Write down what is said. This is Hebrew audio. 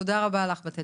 תודה רבה לך, בת אל.